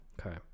okay